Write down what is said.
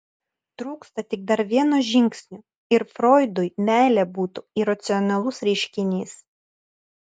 trūksta tik dar vieno žingsnio ir froidui meilė būtų iracionalus reiškinys